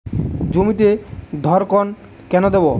জমিতে ধড়কন কেন দেবো?